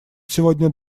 сегодня